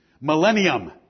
Millennium